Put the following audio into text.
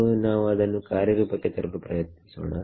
so ನಾವು ಅದನ್ನು ಕಾರ್ಯ ರೂಪಕ್ಕೆ ತರಲು ಪ್ರಯತ್ನಿಸೋಣ